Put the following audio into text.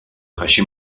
així